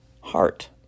heart